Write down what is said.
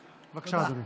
בבקשה, אדוני.